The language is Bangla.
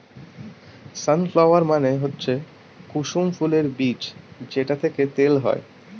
সান ফ্লাওয়ার মানে হচ্ছে কুসুম ফুলের বীজ যেটা থেকে তেল হয়